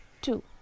two